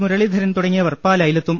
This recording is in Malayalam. മുരളീധരൻ തുടങ്ങിയവർ പാലായിലെത്തും